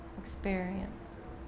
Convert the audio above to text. experience